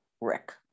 rick